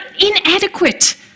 inadequate